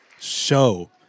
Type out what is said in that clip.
show